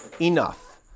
enough